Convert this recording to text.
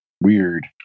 weird